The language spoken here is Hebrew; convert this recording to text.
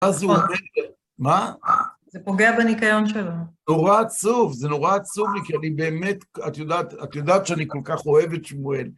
מה זה אומר? מה? זה פוגע בניקיון שלו. נורא עצוב, זה נורא עצוב לי, כי אני באמת, את יודעת שאני כל כך אוהב את שמואל.